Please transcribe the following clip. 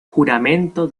juramento